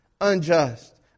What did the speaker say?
unjust